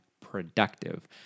productive